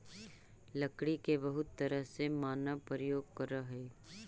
लकड़ी के बहुत तरह से मानव प्रयोग करऽ हइ